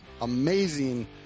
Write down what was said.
amazing